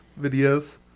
videos